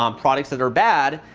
um products that are bad,